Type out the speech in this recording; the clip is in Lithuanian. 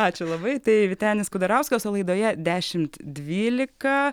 ačiū labai tai vytenis kudarauskas laidoje dešimt dvylika